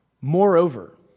Moreover